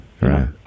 right